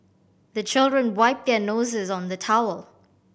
the children wipe their noses on the towel